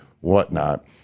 whatnot